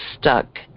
stuck